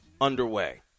underway